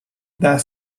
that